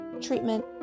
treatment